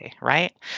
right